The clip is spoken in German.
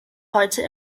heute